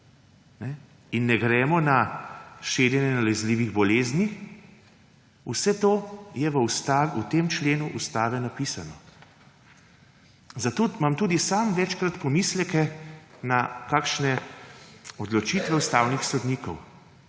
in ne gremo na širjenje nalezljivih bolezni, je vse to v tem člen Ustave napisano. Zato imam tudi sam večkrat pomisleke na kakšne odločitve ustavnih sodnikov,